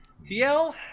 TL